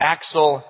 Axel